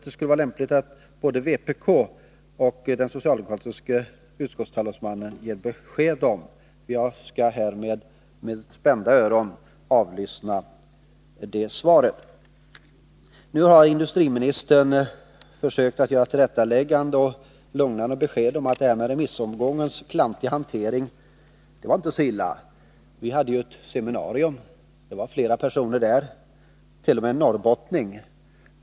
Det vore lämpligt att både vpk och den socialdemokratiska utskottstalesmannen gav besked om det. Jag skall med spända öron avlyssna det svaret. Nu har industriministern försökt att göra ett tillrättaläggande och lämna lugnande besked när det gäller remissomgångens klantiga hantering. Det var inte så illa, menade han. Man hade ett seminarium, och det var flera personer där—t.o.m. en norrbottning!